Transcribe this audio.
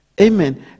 amen